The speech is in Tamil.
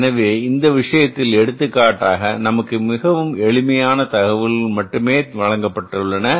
எனவே இந்த விஷயத்தில் எடுத்துக்காட்டாக நமக்கு மிகவும் எளிமையான தகவல்கள் மட்டுமே வழங்கப்பட்டுள்ளன